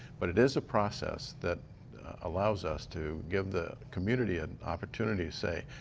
but it is a process that allows us to give the community an opportunity to say,